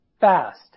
FAST